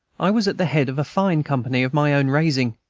i was at the head of a fine company of my own raising,